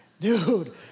dude